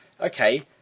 okay